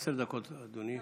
עשר דקות, אדוני.